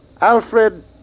Alfred